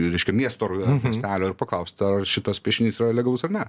reiškia miesto ar miestelio ir paklaust ar šitas piešinys yra legalus ar ne